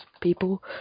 people